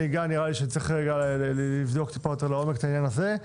נראה לי שצרי לבדוק יותר לעומק את העניין הזה.